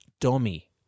Dummy